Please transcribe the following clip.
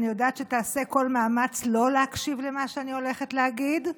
אני יודעת שתעשה כל מאמץ לא להקשיב למה שאני הולכת להגיד,